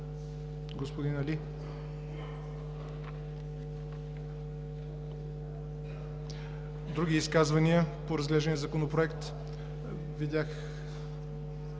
господин Али? Други изказвания по разглеждания Законопроект? Господин